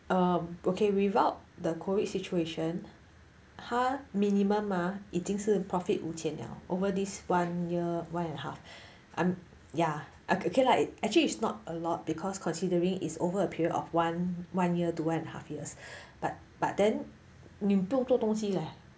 um okay without the COVID situation 他 minimum uh 已经是 profit 五千了 over this one year one and a half I'm ya okay lah it's actually it's not a lot because considering his over a period of one one year two and half years but but then 你有动作东西 leh